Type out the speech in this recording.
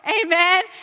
Amen